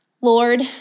Lord